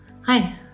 Hi